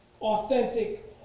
authentic